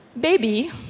Baby